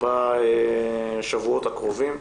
בשבועות הקרובים,